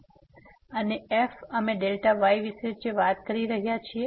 અને f અમે Δy વિશે વાત કરી રહ્યા છીએ